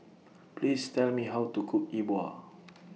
Please Tell Me How to Cook E Bua